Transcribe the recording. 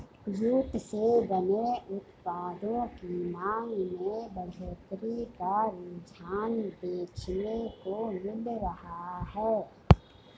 jute से बने उत्पादों की मांग में बढ़ोत्तरी का रुझान देखने को मिल रहा है